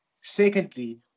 Secondly